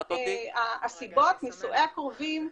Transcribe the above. הכול הסיבות, נישואי הקרובים,